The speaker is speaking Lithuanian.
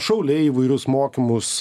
šauliai įvairius mokymus